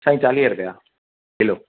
साईं चालीह रुपिया किलो